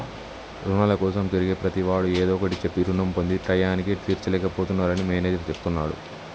రుణాల కోసం తిరిగే ప్రతివాడు ఏదో ఒకటి చెప్పి రుణం పొంది టైయ్యానికి తీర్చలేక పోతున్నరని మేనేజర్ చెప్తున్నడు